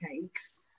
cakes